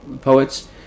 poets